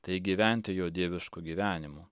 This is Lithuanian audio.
tai gyventi jo dievišku gyvenimu